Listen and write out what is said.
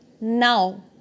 Now